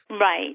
Right